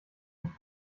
nicht